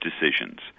decisions